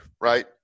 right